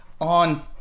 on